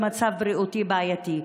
במצב בריאות בעייתי.